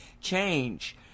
change